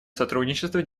сотрудничество